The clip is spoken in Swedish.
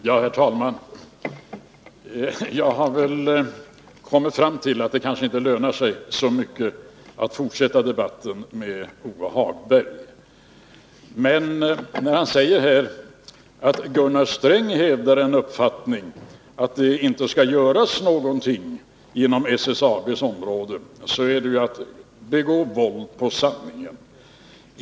Herr talman! Jag har kommit fram till att det kanske inte lönar sig att fortsätta debatten med Lars-Ove Hagberg. Men jag vill ändå säga att när Lars-Ove Hagberg säger att Gunnar Sträng hävdar att det inte skall göras någonting inom SSAB:s område, så begår han våld mot sanningen.